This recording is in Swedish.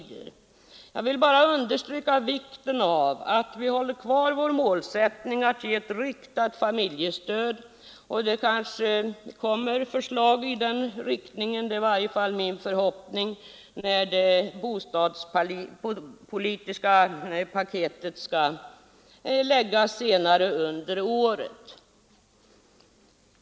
Jag vill bara understryka vikten av att vi hållit kvar vår målsättning att ge riktat familjestöd. Det kanske kommer förslag i den riktningen — det är i varje fall min förhoppning — när det bostadspolitiska paketet framläggs senare under året.